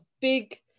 big